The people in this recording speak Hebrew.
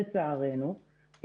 לצערנו,